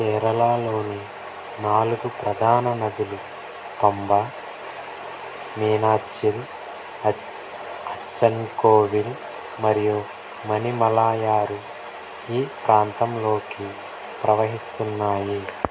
కేరళలోని నాలుగు ప్రధాన నదులు పంబా మీనాచ్ఛిల్ అచ్చ అచ్చన్కోవిల్ మరియు మణిమలయారు ఈ ప్రాంతంలోకి ప్రవహిస్తున్నాయి